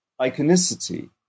iconicity